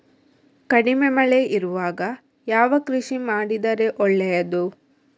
ಕಡಿಮೆ ಮಳೆ ಇರುವಾಗ ಯಾವ ಕೃಷಿ ಮಾಡಿದರೆ ಒಳ್ಳೆಯದು?